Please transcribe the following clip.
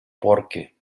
porque